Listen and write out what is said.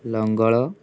ଲଙ୍ଗଳ